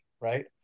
right